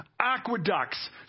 aqueducts